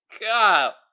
god